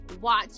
watch